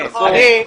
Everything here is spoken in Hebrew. נכון.